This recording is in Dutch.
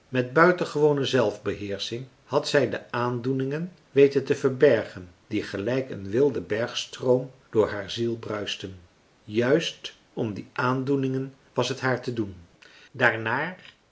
met buitengewone zelfbeheersching had zij de aandoeningen weten te verbergen die gelijk een wilde bergstroom door haar ziel bruisten juist om die aandoeningen was t haar te doen daarnaar